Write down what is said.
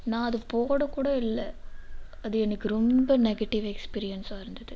நான் அது போடக்கூட இல்லை அது எனக்கு ரொம்ப நெகட்டிவ் எக்ஸ்பீரியன்ஸாக இருந்தது